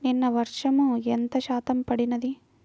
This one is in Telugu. నిన్న వర్షము ఎంత శాతము పడినది?